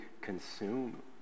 consume